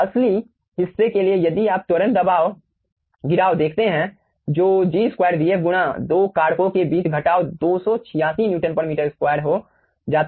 तो असली हिस्से के लिए यदि आप त्वरण दबाव गिराव देखते हैं जो G2vf गुणा दो कारकों के बीच घटाव 286 Nm2 हो जाता है